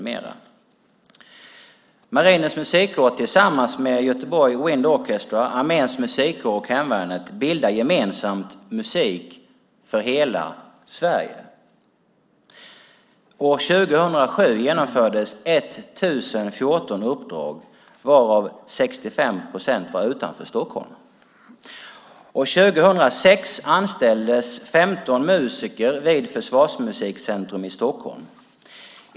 Marinens musikkår tillsammans med Göteborg Wind Orchestra, Arméns musikkår och Hemvärnet skapar gemensamt musik för hela Sverige. År 2007 genomfördes 1 014 uppdrag varav 65 procent var utanför Stockholm. År 2006 anställdes 15 musiker vid Försvarsmusikcentrum i Stockholm.